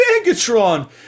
megatron